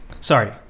Sorry